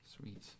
Sweet